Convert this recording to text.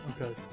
okay